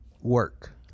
work